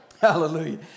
Hallelujah